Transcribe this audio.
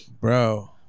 Bro